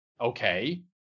Okay